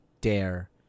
dare